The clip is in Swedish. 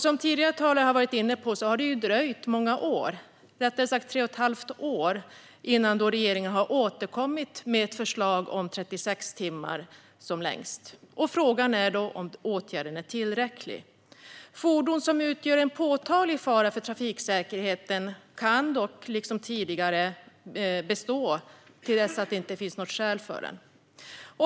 Som tidigare talare har varit inne på dröjde det tre och ett halvt år innan regeringen återkom med ett förslag med 36 timmar som längst. Frågan är om detta är en tillräcklig åtgärd. Klampning av fordon som utgör en påtaglig fara för trafiksäkerheten kan dock liksom tidigare bestå till dess att det inte längre finns skäl för den.